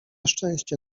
szczęście